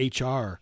HR